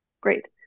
Great